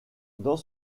dans